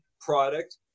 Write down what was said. product